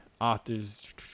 authors